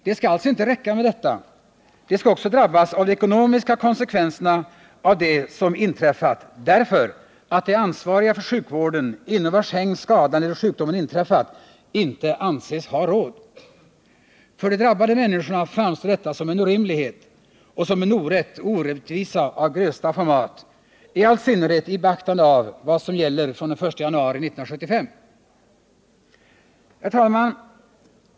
Det skall alltså inte räcka med detta — de skall också drabbas av de ekonomiska konsekvenserna av det som inträffat, därför att de ansvariga för sjukvården, inom vilkas hägn skadan eller sjukdomen inträffat, inte anses ha råd. För de drabbade människorna framstår detta som en orimlighet och som en orätt och orättvisa av grövsta format, i all synnerhet i beaktande av vad som gäller från den 1 januari 1975. Herr talman!